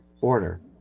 order